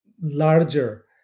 larger